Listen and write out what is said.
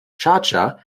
schardscha